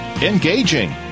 engaging